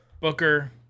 Booker